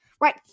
right